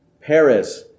Paris